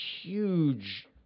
huge